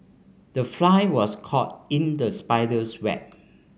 the fly was caught in the spider's web